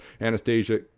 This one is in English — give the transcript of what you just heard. Anastasia